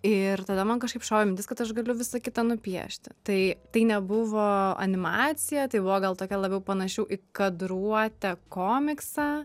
ir tada man kažkaip šovė mintis kad aš galiu visą kitą nupiešti tai tai nebuvo animacija tai buvo gal tokia labiau panašiau į kadruotę komiksą